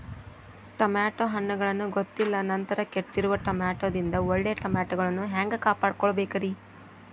Tomato ಹಣ್ಣುಗಳನ್ನ ಗೊತ್ತಿಲ್ಲ ನಂತರ ಕೆಟ್ಟಿರುವ ಟಮಾಟೊದಿಂದ ಒಳ್ಳೆಯ ಟಮಾಟೊಗಳನ್ನು ಹ್ಯಾಂಗ ಕಾಪಾಡಿಕೊಳ್ಳಬೇಕರೇ?